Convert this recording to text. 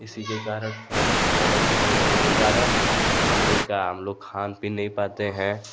इसी के कारण फसल अच्छी नहीं होने के कारण आदमी का हम लोग खान पीन नहीं पाते हैं